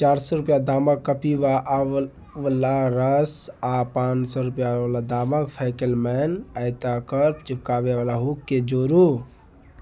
चारि सए रूपैआ दामक कपिवा आंवला रस आ पाँच सए रूपैआ दामक फैकेलमैन आयताकार चिपकाबयवला हुक केँ जोड़ू